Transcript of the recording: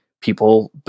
people